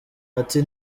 ati